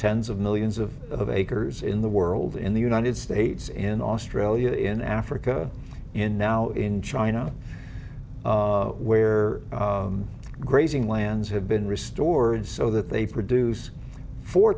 tens of millions of of acres in the world in the united states in australia in africa in now in china where grazing lands have been restored so that they produce four